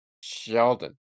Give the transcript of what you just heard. Sheldon